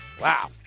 Wow